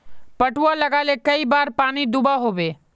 पटवा लगाले कई बार पानी दुबा होबे?